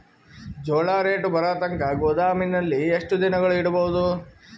ಜೋಳ ರೇಟು ಬರತಂಕ ಗೋದಾಮಿನಲ್ಲಿ ಎಷ್ಟು ದಿನಗಳು ಯಿಡಬಹುದು?